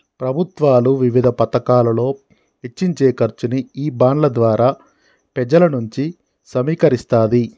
ప్రభుత్వాలు వివిధ పతకాలలో వెచ్చించే ఖర్చుని ఈ బాండ్ల ద్వారా పెజల నుంచి కూడా సమీకరిస్తాది